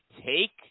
take